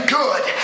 good